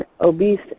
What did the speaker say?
obese